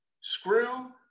Screw